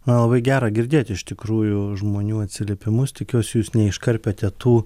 man labai gera girdėti iš tikrųjų žmonių atsiliepimus tikiuosi jūs ne iškarpėte tų